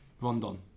Rondon